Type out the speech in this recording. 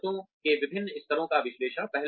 ज़रूरतों के विभिन्न स्तरों का विश्लेषण